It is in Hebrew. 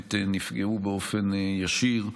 שבאמת נפגעו באופן ישיר,